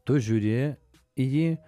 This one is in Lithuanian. tu žiūri į jį